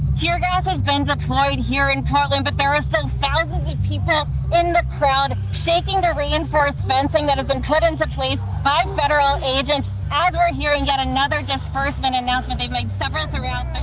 tear gas has been deployed here in portland. but there is some so five hundred people in the crowd shaking the reinforced fencing that has been put into place by federal agents as we're hearing yet another dispersement announcement. they've made several throughout ah